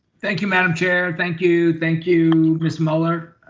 thank you, madam chair. thank you, thank you, ms. muller.